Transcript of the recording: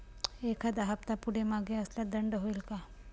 एखादा हफ्ता पुढे मागे झाल्यास दंड होईल काय?